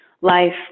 life